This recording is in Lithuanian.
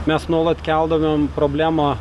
mes nuolat keldavom problemą